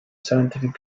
scientific